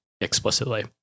explicitly